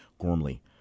Gormley